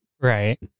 Right